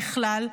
ככלל,